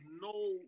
no